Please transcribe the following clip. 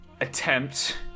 attempt